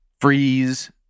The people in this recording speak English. freeze